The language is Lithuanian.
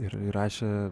ir įrašė